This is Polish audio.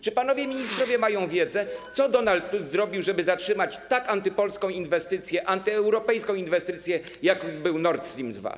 Czy panowie ministrowie mają wiedzę, co Donald Tusk zrobił, żeby zatrzymać tak antypolską inwestycję, antyeuropejską inwestycję, jakim był Nord Stream 2?